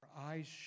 eyes